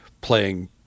playing